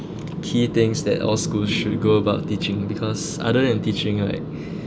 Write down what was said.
key things that all schools should go about teaching because other than teaching like